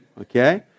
okay